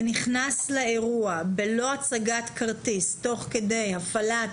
ונכנס לאירוע בלא הצגת כרטיס תוך כדי הפעלת